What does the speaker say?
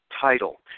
title